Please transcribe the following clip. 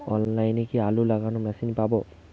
অনলাইনে কি আলু লাগানো মেশিন পাব?